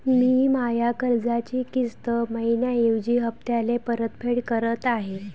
मी माया कर्जाची किस्त मइन्याऐवजी हप्त्याले परतफेड करत आहे